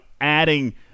adding